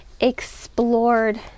explored